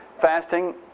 Fasting